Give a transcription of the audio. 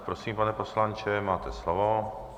Prosím, pane poslanče, máte slovo.